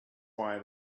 why